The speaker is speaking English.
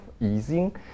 easing